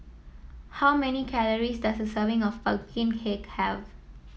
how many calories does a serving of pumpkin cake have